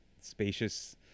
spacious